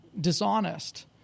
dishonest